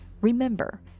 Remember